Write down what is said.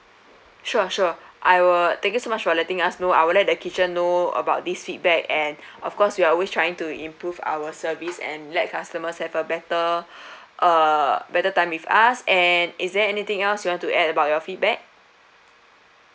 sure sure I'll thank you so much for letting us know I'll let the kitchen know about this feedback and of course we're always trying to improve our service and let customers have a better uh better time with us and is there anything else you want to add about your feedback